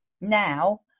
now